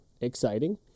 Exciting